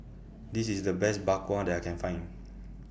This IS The Best Bak Kwa that I Can Find